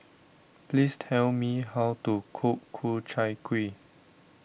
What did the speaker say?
please tell me how to cook Ku Chai Kuih